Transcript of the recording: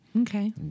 Okay